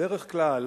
בדרך כלל,